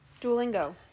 Duolingo